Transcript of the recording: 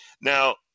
Now